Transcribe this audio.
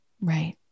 right